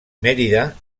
mèrida